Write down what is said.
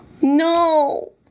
No